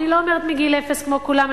אני לא אומרת מגיל אפס כמו כולם.